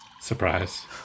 surprise